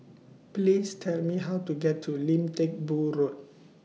Please Tell Me How to get to Lim Teck Boo Road